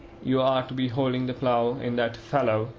you are to be holding the plough in that fallow,